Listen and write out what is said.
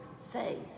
faith